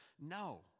no